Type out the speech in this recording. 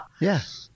Yes